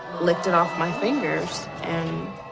licked it off my fingers, and.